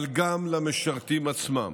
אבל גם למשרתים עצמם.